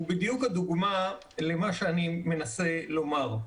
הוא בדיוק הדוגמה למה שאני מנסה לומר.